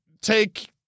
take